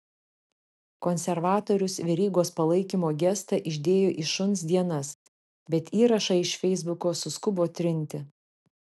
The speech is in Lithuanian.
konservatorius verygos palaikymo gestą išdėjo į šuns dienas bet įrašą iš feisbuko suskubo trinti